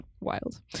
wild